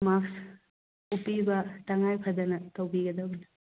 ꯃꯥꯛꯁ ꯎꯞꯄꯤꯕ ꯇꯉꯥꯏꯐꯗꯅ ꯇꯧꯕꯤꯒꯗꯕꯅꯤ